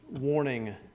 warning